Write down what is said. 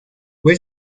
fue